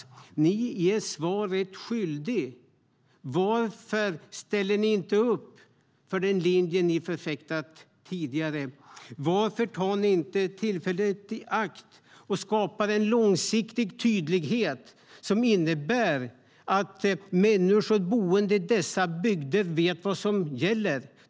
Ni är svaret skyldiga! Varför ställer ni inte upp för den linje ni förfäktat tidigare? Varför tar ni inte tillfället i akt att skapa en långsiktig tydlighet som innebär att människor boende i dessa bygder vet vad som gäller?